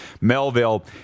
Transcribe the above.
Melville